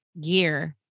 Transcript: gear